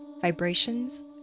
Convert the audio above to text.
vibrations